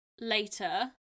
later